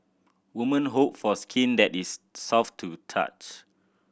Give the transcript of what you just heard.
women hope for skin that is soft to the touch